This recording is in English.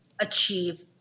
achieve